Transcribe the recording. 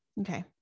Okay